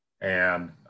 And-